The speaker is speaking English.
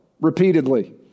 repeatedly